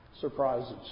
surprises